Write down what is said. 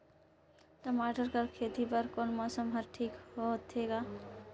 टमाटर कर खेती बर कोन मौसम हर ठीक होथे ग?